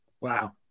Wow